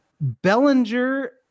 Bellinger